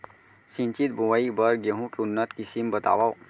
सिंचित बोआई बर गेहूँ के उन्नत किसिम बतावव?